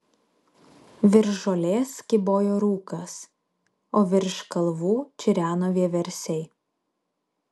virš žolės kybojo rūkas o virš kalvų čireno vieversiai